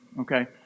okay